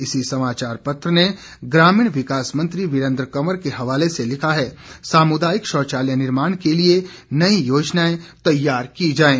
इसी समाचार पत्र ने ग्रामीण विकास मंत्री वीरेंद्र कंवर के हवाले से लिखा है सामुदायिक शौचालय निर्माण के लिए नई योजनाएं तैयार की जाएं